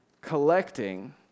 collecting